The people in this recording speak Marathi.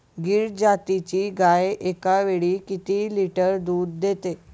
गीर जातीची गाय एकावेळी किती लिटर दूध देते?